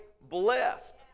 blessed